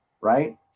right